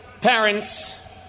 parents